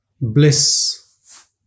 bliss